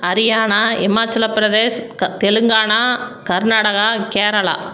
Haryana Himachal Pradesh Telangana Karnataka Kerala